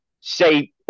say